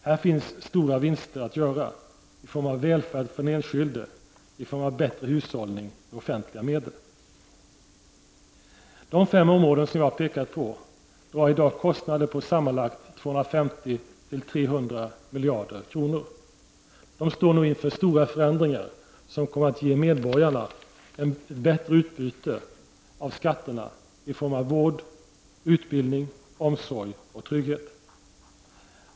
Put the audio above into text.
Här finns stora vinster att göra — i form av välfärd för den enskilde, i form av bättre hushållning med offentliga medel. De fem områden som jag pekat på drar i dag kostnader på sammanlagt 250-300 miljarder kronor. De står nu inför stora förändringar, som kommer att ge medborgarna ett bättre utbyte av skatterna i form av vård, utbildning, omsorg och trygghet.